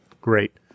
Great